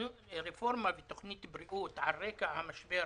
רפורמה ותוכנית בריאות על רקע המשבר